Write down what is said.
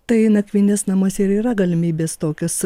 tai nakvynės namuose ir yra galimybės tokios